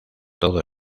todo